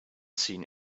seen